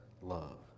love